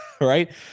right